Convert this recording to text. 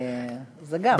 זה גם.